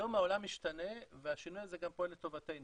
היום העולם משתנה והשינוי הזה פועל גם לטובתנו.